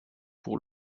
pour